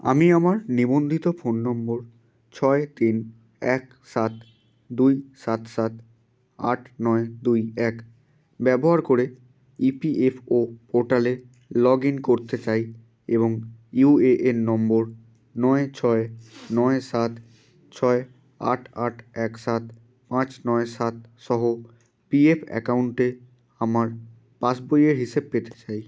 আমি আমার নিবন্ধিত ফোন নম্বর ছয় তিন এক সাত দুই সাত সাত আট নয় দুই এক ব্যবহার করে ইপিএফও পোর্টালে লগ ইন করতে চাই এবং ইউএএন নম্বর নয় ছয় নয় সাত ছয় আট আট এক সাত পাঁচ নয় সাত সহ পি এফ অ্যাকাউন্টে আমার পাসবইয়ের হিসেব পেতে চাই